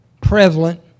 prevalent